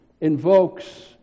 invokes